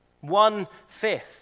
One-fifth